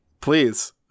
Please